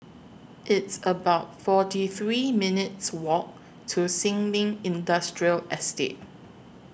It's about forty three minutes' Walk to Sin Ming Industrial Estate